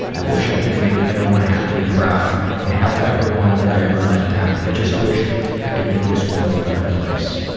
i wish i could make everyone happy and proud and help everyone that i ever let down. i just wish i could make this world a better place.